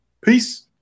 Peace